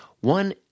one